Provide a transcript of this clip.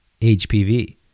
HPV